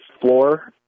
floor